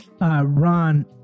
Ron